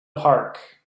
park